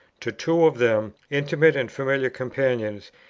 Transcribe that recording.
to two of them, intimate and familiar companions,